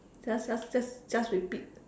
just just just just repeat